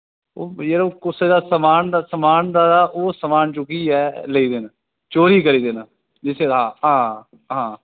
ओह् यरो कुसै दा समान हा ओह् समान चुक्कियै लेई गेदे न चोरी करी गेदे न हां हां